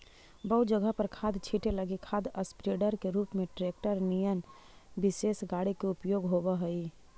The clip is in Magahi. बहुत जगह पर खाद छीटे लगी खाद स्प्रेडर के रूप में ट्रेक्टर निअन विशेष गाड़ी के उपयोग होव हई